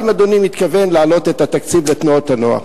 האם אדוני מתכוון להעלות את התקציב לתנועות הנוער?